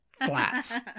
flats